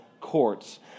courts